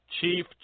chief